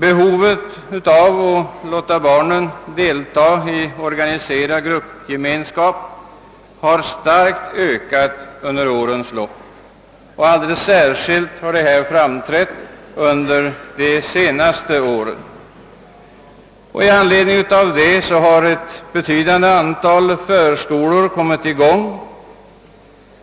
Behovet av att låta barnen delta i organiserad gruppgemenskap har starkt ökat under årens lopp och har framträtt alldeles särskilt under de senaste åren. I anledning härav har ett betydande antal förskolor kommit i gång,